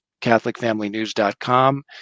CatholicFamilyNews.com